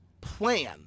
plan